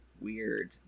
weird